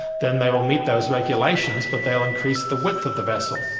then they will meet those regulations, but they'll increase the width of the vessel.